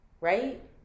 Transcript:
right